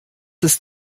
ist